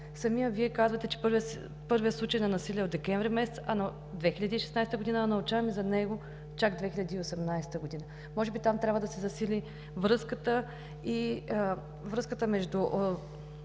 Самият Вие казвате, че първият случай на насилие е от декември месец 2016 г., а научаваме за него чак в 2018 г. Може би трябва да се засили връзката между